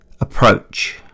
Approach